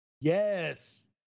Yes